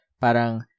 parang